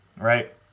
right